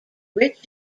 rich